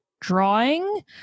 drawing